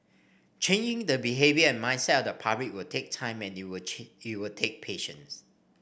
changing the behaviour and mindset the public will take time and you'll you'll take patience